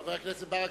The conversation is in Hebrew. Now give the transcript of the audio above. חבר הכנסת ברכה,